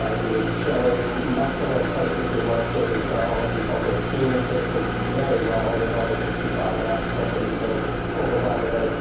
ah he is showing muscle in places we weren't sure he was going to hold. he's holding senior citizens very well. older voters sixty five and over, he's winning overwhelmingly.